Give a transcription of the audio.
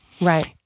Right